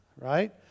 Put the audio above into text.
right